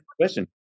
question